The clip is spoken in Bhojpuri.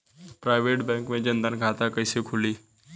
प्राइवेट बैंक मे जन धन खाता कैसे खुली?